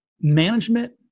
management